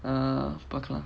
uh பாக்கலாம்:paakkalaam